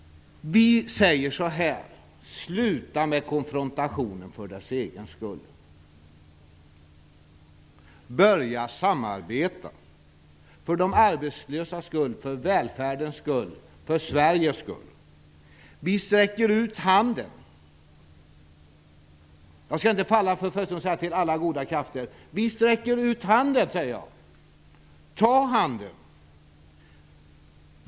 Vi säger: Sluta med konfrontationen för dess egen skull! Börja samarbeta - för de arbetslösas skull, för välfärdens skull och för Sveriges skull! Vi sträcker ut handen - jag skall inte falla för frestelsen att säga "till alla goda krafter". Vi sträcker ut handen, säger jag! Ta handen!